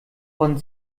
von